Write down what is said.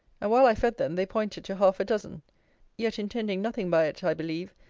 and while i fed them, they pointed to half a dozen yet intending nothing by it, i believe,